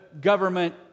government